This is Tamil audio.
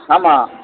ஆமாம்